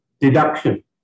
deduction